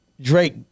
Drake